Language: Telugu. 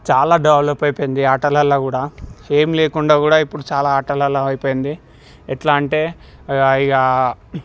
చాలా డెవెలప్ అయిపోయింది ఆటలల్లో కూడా ఏం లేకుండా కూడా ఇప్పుడు చాలా ఆటలల్లో అయిపోయింది ఎట్లా అంటే ఇక